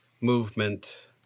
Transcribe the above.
movement